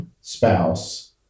spouse